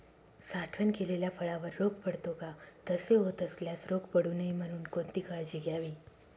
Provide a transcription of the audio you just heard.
साठवण केलेल्या फळावर रोग पडतो का? तसे होत असल्यास रोग पडू नये म्हणून कोणती काळजी घ्यावी?